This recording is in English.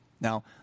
Now